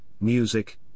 music